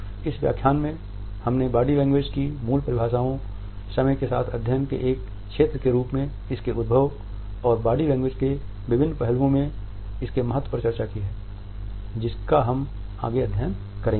तो इस व्याख्यान में हमने बॉडी लैंग्वेज की मूल परिभाषाओं समय के साथ अध्ययन के एक क्षेत्र के रूप में इसके के उद्भव और बॉडी लैंग्वेज के विभिन्न पहलुओं में इसके महत्व पर चर्चा की है जिसका हम आगे अध्ययन करेंगे